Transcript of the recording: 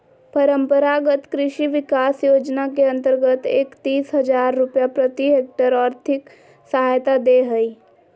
परम्परागत कृषि विकास योजना के अंतर्गत एकतीस हजार रुपया प्रति हक्टेयर और्थिक सहायता दे हइ